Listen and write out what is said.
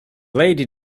lady